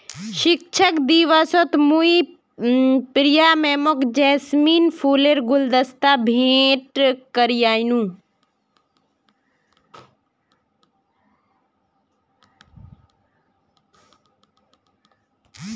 शिक्षक दिवसत मुई प्रिया मैमक जैस्मिन फूलेर गुलदस्ता भेंट करयानू